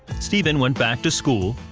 stephen went back to school,